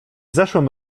zeszłym